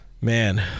man